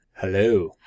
Hello